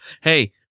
Hey